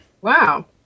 Wow